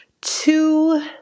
Two